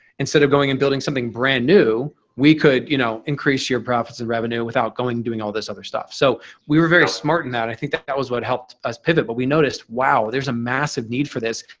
instead of going and building something brand new, we could you know increase your profits and revenue without going doing all this other stuff. so we were very smart in that. i think that that was what helped us pivot, but we noticed, wow, there's a massive need for this.